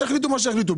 שיחליטו מה שיחליטו,